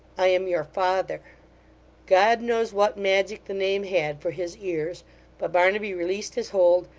i am your father god knows what magic the name had for his ears but barnaby released his hold,